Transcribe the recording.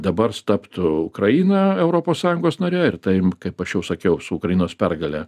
dabar taptų ukraina europos sąjungos nare ir taim kaip aš jau sakiau su ukrainos pergale